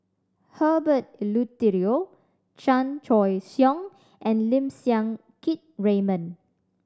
Herbert Eleuterio Chan Choy Siong and Lim Siang Keat Raymond